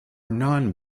non